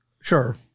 Sure